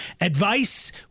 Advice